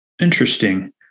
Interesting